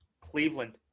Cleveland